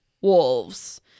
wolves